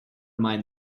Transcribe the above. mind